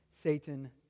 Satan